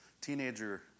teenager